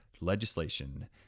legislation